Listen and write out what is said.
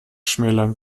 schmälern